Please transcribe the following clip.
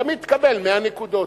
תמיד תקבל 100 נקודות.